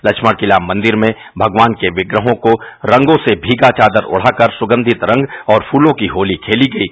लक्षण किता मन्दिर ने मगवान के विप्रहों को रंगों से भीगा चादर ओद्राकर सुचित रंग और फूलों की होती खेली गयी